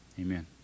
Amen